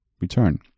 return